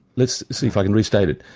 let's see if i can re-state it.